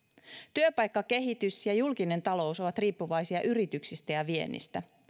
työpaikkakehitys ja julkinen talous ovat riippuvaisia yrityksistä ja viennistä